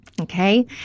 Okay